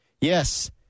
Yes